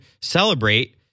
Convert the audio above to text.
celebrate